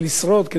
כדי לחיות.